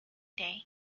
day